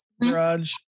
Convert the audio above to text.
garage